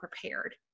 prepared